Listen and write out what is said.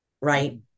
right